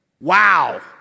Wow